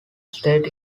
state